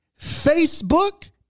Facebook